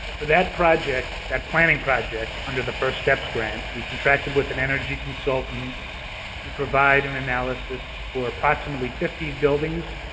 for that project, that planning project, under the first steps grant, we contracted with an energy consultant to provide an analysis for approximately fifty buildings,